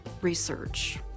research